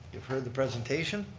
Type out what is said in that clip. you've heard the presentation.